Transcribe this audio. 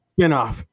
spinoff